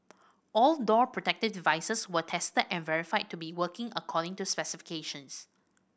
all door protective devices were tested and verified to be working according to specifications